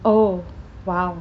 oh !wow!